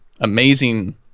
amazing